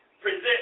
present